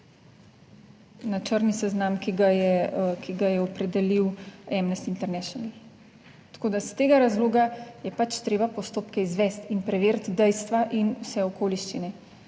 na črni seznam, ki ga je, ki ga je opredelil Amnesty International. Tako da iz tega razloga je pač treba postopke izvesti in preveriti dejstva in vse okoliščine